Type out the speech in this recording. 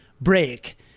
break